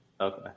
Okay